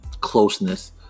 closeness